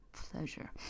Pleasure